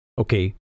okay